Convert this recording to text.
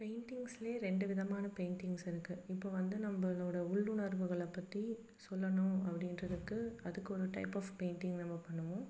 பெயிண்ட்டிங்ஸிலே ரெண்டு விதமான பெயிண்டிங்ஸ் இருக்குது இப்போ வந்து நம்மளோட உள்ளுணர்வுகளை பற்றி சொல்லணும் அப்படின்றதுக்கு அதுக்கு ஒரு டைப் ஆஃப் பெயிண்டிங் நம்ம பண்ணுவோம்